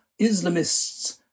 Islamists